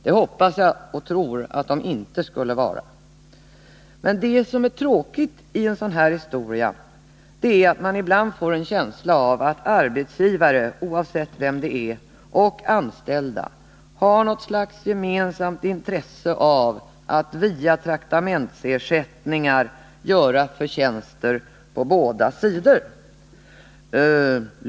Det hoppas och tror jag att det inte skulle vara. Det som är tråkigt i en sådan här historia är att man ibland får en känsla av att arbetsgivare — oavsett vilka det är — och anställda har något slags gemensamt intresse av att via traktamentsersättningar göra förtjänster på båda sidor.